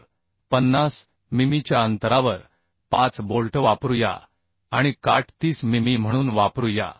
तर 50 मिमीच्या अंतरावर 5 बोल्ट वापरूया आणि काठ 30 मिमी म्हणून वापरूया